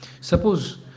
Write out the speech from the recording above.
Suppose